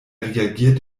reagiert